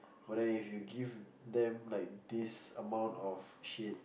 but then if you give them this amount of shit